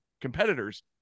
competitors